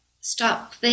stop